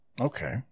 Okay